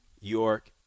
York